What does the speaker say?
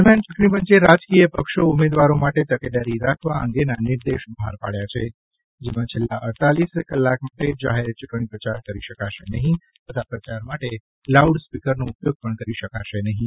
દરમિયાન ચૂંટણી પંચે રાજકીય પક્ષો ઉમેદવારો માટે તકેદારી રાખવા અંગેના નિર્દેશ બહાર પાડ્યા છે જેમાં છેલ્લાં અડતાલીસ કલાક માટે જાહેર ચૂંટણી પ્રચાર કરી શકાશે નહીં તથા પ્રચાર માટે લાઉડ સ્પીકરનો ઉપયોગ પણ કરી શકશે નહીં